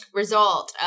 result